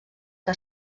que